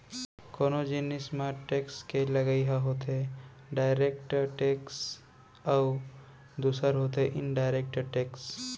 कोनो जिनिस म टेक्स के लगई ह होथे डायरेक्ट टेक्स अउ दूसर होथे इनडायरेक्ट टेक्स